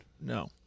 No